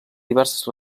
diverses